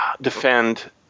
defend